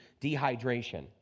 dehydration